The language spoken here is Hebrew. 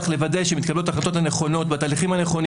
ולוודא שמתקבלות ההחלטות הנכונות בתהליכים הנכונים,